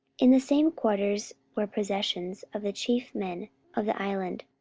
in the same quarters were possessions of the chief man of the island,